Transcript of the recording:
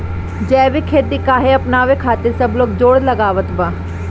जैविक खेती काहे अपनावे खातिर सब लोग जोड़ लगावत बा?